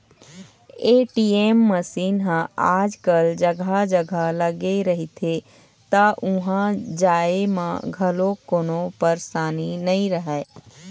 ATM machine ह आजकल जघा जघा लगे रहिथे त उहाँ जाए म घलोक कोनो परसानी नइ रहय